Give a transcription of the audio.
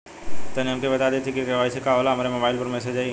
तनि हमके इ बता दीं की के.वाइ.सी का होला हमरे मोबाइल पर मैसेज आई?